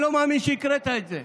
אני לא מאמין שהקראת את זה,